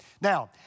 Now